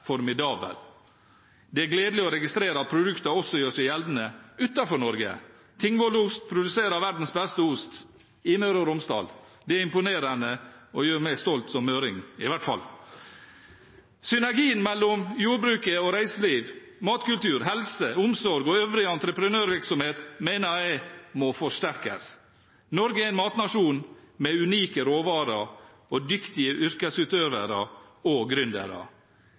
formidabel. Det er gledelig å registrere at produktene også gjør seg gjeldende utenfor Norge. Tingvollost produserer verdens beste ost, i Møre og Romsdal. Det er imponerende og gjør meg stolt som møring, i hvert fall. Synergien mellom jordbruket og reiseliv, matkultur, helse, omsorg og øvrig entreprenørvirksomhet mener jeg må forsterkes. Norge er en matnasjon med unike råvarer og dyktige yrkesutøvere og